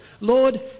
Lord